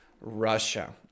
Russia